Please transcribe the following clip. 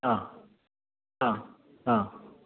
ആ ആ ആ